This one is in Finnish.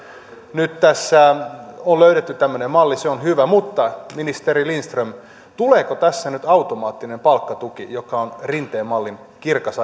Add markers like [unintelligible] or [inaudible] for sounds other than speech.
nyt tässä on löydetty tämmöinen malli se on hyvä mutta ministeri lindström tuleeko tässä nyt automaattinen palkkatuki joka on rinteen mallin kirkas [unintelligible]